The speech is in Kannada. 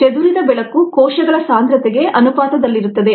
ಚದುರಿದ ಬೆಳಕು ಕೋಶಗಳ ಸಾಂದ್ರತೆಗೆ ಅನುಪಾತದಲ್ಲಿರುತ್ತದೆ